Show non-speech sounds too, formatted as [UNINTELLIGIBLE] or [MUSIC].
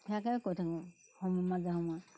সেয়াকে কৰি থাকোঁ আৰু [UNINTELLIGIBLE] মাজে সময়ে